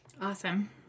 Awesome